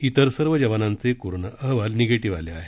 इतर सर्व जवानांचे कोरोना अहवाल निगेटिव्ह आले आहेत